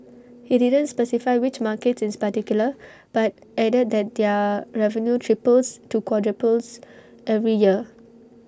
he didn't specify which markets ins particular but added that their revenue triples to quadruples every year